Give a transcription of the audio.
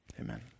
Amen